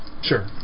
Sure